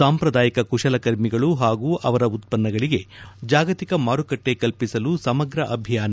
ಸಾಂಪ್ರದಾಯಿಕ ಕುಶಲಕರ್ಮಿಗಳು ಹಾಗೂ ಅವರ ಉತ್ಪನ್ನಗಳಿಗೆ ಜಾಗತಿಕ ಮಾರುಕಟ್ಟೆ ಕಲ್ಪಿಸಲು ಸಮಗ ಅಭಿಯಾನ